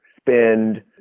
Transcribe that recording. spend